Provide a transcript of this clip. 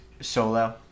Solo